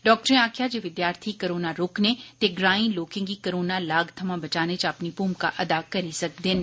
डाक्टरें आक्खेया जे विद्यार्थी कोरोना रोकने ते ग्रांई लोकें गी कोरोना लाग थमां बचाने च अपनी भूमिका अदा करी सकदे न